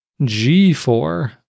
G4